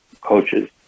Coaches